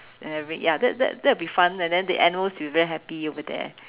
and every ya that that that'll be fun and then the animals would be very happy over there